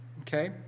Okay